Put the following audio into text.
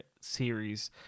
series